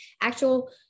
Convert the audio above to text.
actual